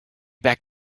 back